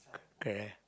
correct